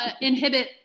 inhibit